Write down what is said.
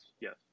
yes